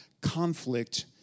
conflict